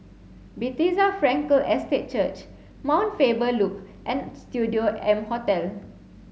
Bethesda Frankel Estate Church Mount Faber Loop and Studio M Hotel